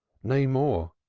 nay, more,